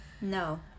No